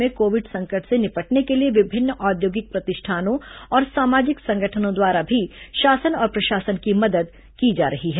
राज्य में कोविड संकट से निपटने के लिए विभिन्न औद्योगिक प्रतिष्ठानों और सामाजिक संगठनों द्वारा भी शासन और प्रशासन की मदद की जा रही है